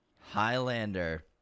Highlander